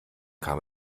kam